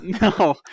No